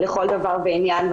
לכל דבר ועניין.